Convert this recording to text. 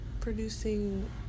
producing